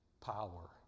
power